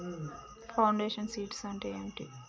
Foundation seeds అంటే ఏంటి?